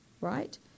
right